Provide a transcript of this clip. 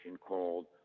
called